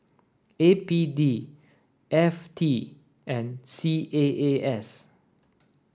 A P D F T and C A A S